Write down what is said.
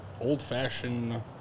old-fashioned